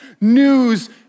news